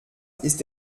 ist